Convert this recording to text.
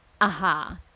aha